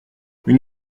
une